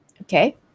Okay